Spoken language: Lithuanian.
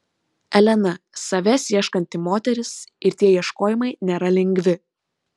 elena savęs ieškanti moteris ir tie ieškojimai nėra lengvi